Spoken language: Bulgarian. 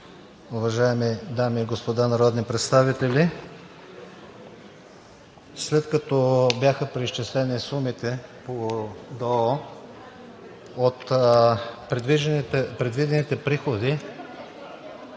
уважаеми дами и господа народни представители! След като бяха преизчислени сумите по ДОО, от предвидените приходи